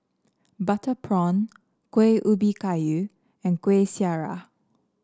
Butter Prawn Kueh Ubi Kayu and Kuih Syara